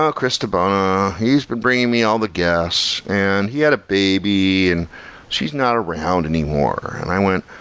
ah chris dibona, he's been bringing me all the guests and he had a baby and she's not around anymore. and i went,